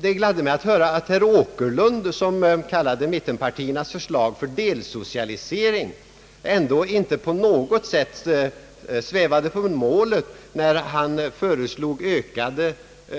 Det gladde mig att höra att herr Åkerlund, som kallade mittenpartiernas förslag för delsocialisering, ändå inte på något sätt svävade på målet när han föreslog